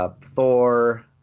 Thor